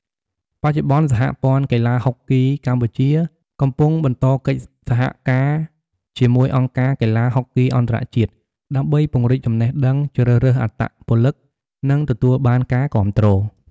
បច្ចុប្បន្ន សហព័ន្ធកីឡាហុកគីកម្ពុជាកំពុងបន្តកិច្ចសហការជាមួយអង្គការកីឡាហុកគីអន្តរជាតិ ដើម្បីពង្រីកចំណេះដឹង ជ្រើសរើសអត្តពលិក និងទទួលបានការគាំទ្រ។